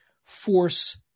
Force